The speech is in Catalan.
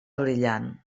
brillant